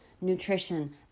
Nutrition